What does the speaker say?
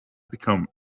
become